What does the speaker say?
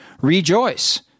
Rejoice